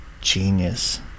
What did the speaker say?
genius